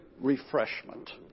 refreshment